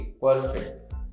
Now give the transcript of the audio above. perfect